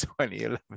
2011